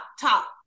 top